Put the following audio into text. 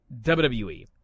WWE